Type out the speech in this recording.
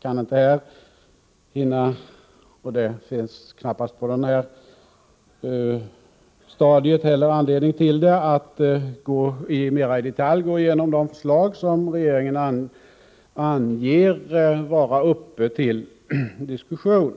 Jag hinner inte här — och det finns på detta stadium knappast heller anledning att göra det — mera i detalj gå igenom de förslag som regeringen anger vara uppe till diskussion.